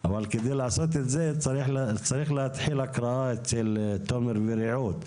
אבל כדי לעשות את זה צריך להתחיל הקראה אצל תומר ורעות,